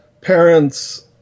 parents